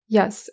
Yes